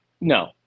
No